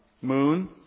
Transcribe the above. moon